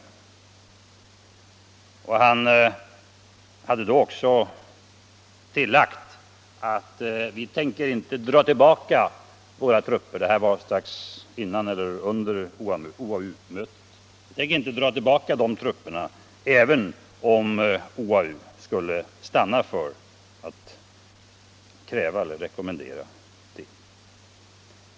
Detta uttalande gjordes strax före eller under OA U-mötet och han hade tillagt: Vi tänker inte dra tillbaka de trupperna, även om OAU skulle rekommendera det.